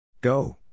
Go